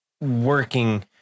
working